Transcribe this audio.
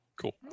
Cool